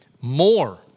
more